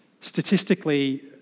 Statistically